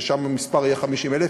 ששם המספר יהיה 50,000,